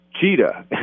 Cheetah